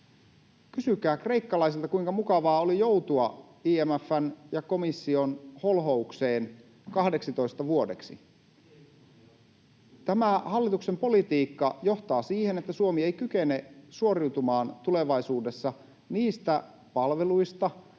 Kysykää kreikkalaisilta, kuinka mukavaa oli joutua IMF:n ja komission holhoukseen 12 vuodeksi. Tämä hallituksen politiikka johtaa siihen, että Suomi ei kykene suoriutumaan tulevaisuudessa niistä palveluista,